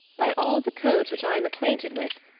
by all the codes which i am acquainted with,